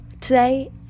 Today